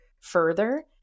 further